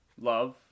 love